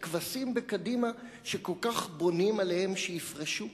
הכבשים בקדימה שכל כך בונים עליהם שיפרשו?